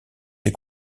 des